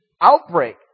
outbreak